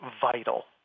vital